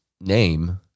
name